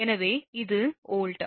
எனவே இது வோல்ட்